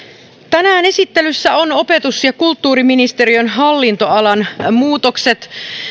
tänään esittelyssä ovat opetus ja kulttuuriministeriön hallinnonalan muutokset